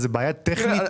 זאת בעיה טכנית?